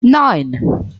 nine